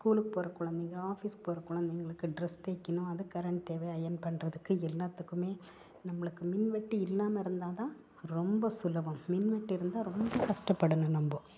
ஸ்கூலுக்கு போகிற குழந்தைங்க ஆஃபீஸுக்கு போகிற குழந்தைங்களுக்கு ட்ரெஸ் தேய்க்கணும் அதுக்கு கரண்ட் தேவை அயன் பண்ணுறதுக்கு எல்லாத்துக்குமே நம்மளுக்கு மின்வெட்டு இல்லாமல் இருந்தால் தான் ரொம்ப சுலபம் மின்வெட்டு இருந்தால் ரொம்ப கஷ்டப்படணும் நம்ம